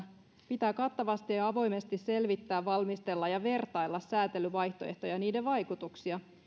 pitää kattavasti ja avoimesti selvittää valmistella ja vertailla säätelyvaihtoehtoja ja niiden vaikutuksia